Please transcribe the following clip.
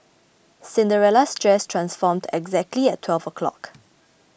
Cinderella's dress transformed exactly at twelve o'clock